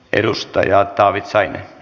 edustajat taudit sai